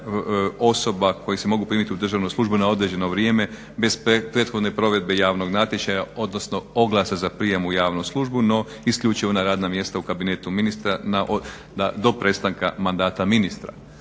osoba koje se mogu primiti u državnu službu na određeno vrijeme bez prethodne provedbe javnog natječaja odnosno oglasa za prijem u javnu službu, no isključivo na radna mjesta u kabinetu ministra do prestanka mandata ministra.